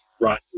right